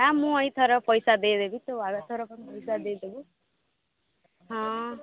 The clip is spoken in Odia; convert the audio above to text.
ନାଁ ମୁଁ ଏଇଥର ପଇସା ଦେଇଦେବି ତୁ ଆର ଥରକ ପଇସା ଦେଇଦବୁ ହଁ